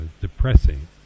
depressing